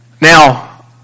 Now